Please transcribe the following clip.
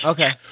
Okay